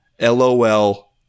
LOL